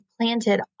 planted